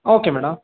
okay madam